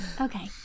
Okay